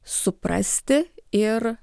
suprasti ir